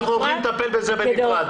אנחנו הולכים לטפל בזה בנפרד.